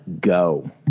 go